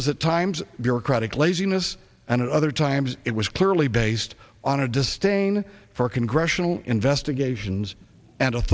was at times bureaucratic laziness and other times it was clearly based on a distain for congressional investigations and